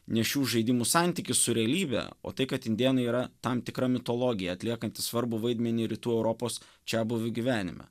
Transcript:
ne šių žaidimų santykis su realybe o tai kad indėnai yra tam tikra mitologija atliekanti svarbų vaidmenį rytų europos čiabuvių gyvenime